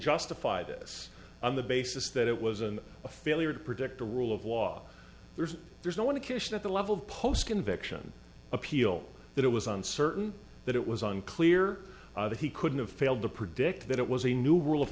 justify this on the basis that it wasn't a failure to protect the rule of law there's there's no want to kishon at the level of post conviction appeal that it was uncertain that it was unclear that he couldn't have failed to predict that it was a new rule of